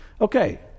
okay